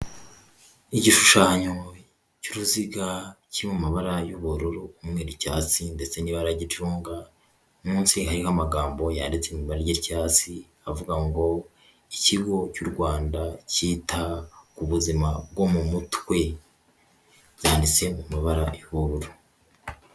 Igishushanyo cy'uruziga kiri mu mabara y'ubururu, umweru, icyatsi ndetse n'ibara ry'icunga, munsi hariho amagambo yanditse mu ibara ry'icyatsi, avuga ngo ikigo cy'u Rwanda cyita ku buzima bwo mu mutwe, byanditse mu mabara y'ubururu.